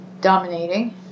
dominating